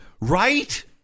right